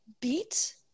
beat